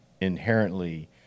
inherently